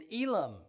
Elam